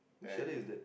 and